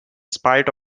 spite